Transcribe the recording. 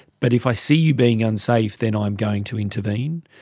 but if i see you being unsafe, then i'm going to intervene.